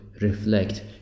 reflect